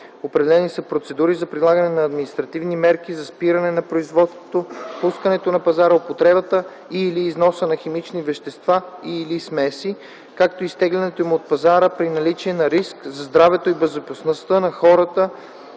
Определени са процедури за прилагане на административни мерки за спиране на производството, пускането на пазара, употребата и/или износа на химични вещества и/или смеси, както и изтеглянето им от пазара при наличие на риск за здравето и безопасността на хората,